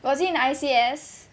was he in I_C_S